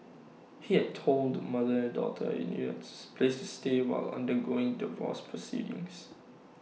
he had told mother and daughter that he needed A place to stay while undergoing divorce proceedings